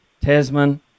Tasman